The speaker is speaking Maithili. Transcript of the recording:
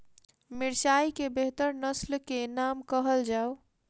मिर्चाई केँ बेहतर नस्ल केँ नाम कहल जाउ?